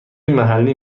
محلی